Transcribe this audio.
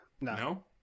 No